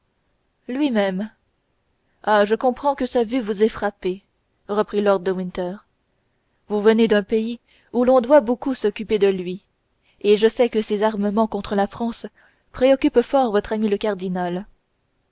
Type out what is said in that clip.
lui-même ah je comprends que sa vue vous ait frappée reprit lord de winter vous venez d'un pays où l'on doit beaucoup s'occuper de lui et je sais que ses armements contre la france préoccupent fort votre ami le cardinal